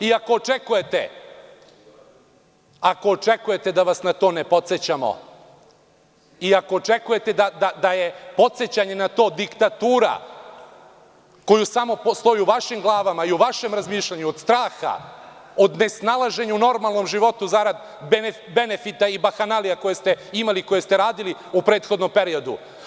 Ako očekujete da vas na to ne podsećamo i ako očekujete da je podsećanje na to diktatura koja postoji samo u vašim glavama i u vašem razmišljanju od straha od nesnalaženja u normalnom životu zarad benefita i bahanalija koje ste imali i koje ste radili u prethodnom periodu.